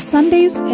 Sundays